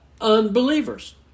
unbelievers